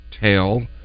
tail